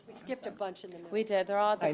skipped a bunch of them. we did, they're all i mean